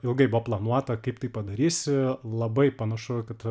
ilgai buvo planuota kaip tai padarysi labai panašu kad